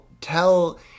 tell